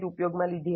ઉપયોગમાં લીધી હતી